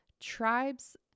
tribes